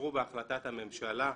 שאושרו בהחלטת הממשלה.